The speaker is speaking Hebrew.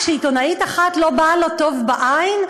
כשעיתונאית אחת לא באה לו טוב בעין,